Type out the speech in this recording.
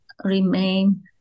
remain